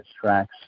tracks